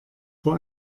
vor